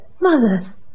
Mother